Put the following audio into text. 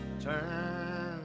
turn